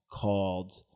called